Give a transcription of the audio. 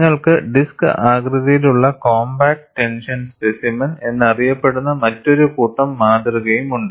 നിങ്ങൾക്ക് ഡിസ്ക് ആകൃതിയിലുള്ള compact tension specimen എന്നറിയപ്പെടുന്ന മറ്റൊരു കൂട്ടം മാതൃകയും ഉണ്ട്